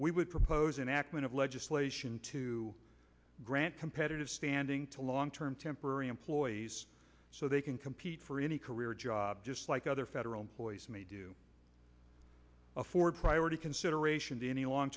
we would propose an accident of legislation to grant competitive standing to long term temporary employees so they can compete for any career or job just like other federal employees may do afford priority consideration to any long